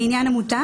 לעניין עמותה